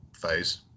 Phase